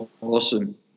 Awesome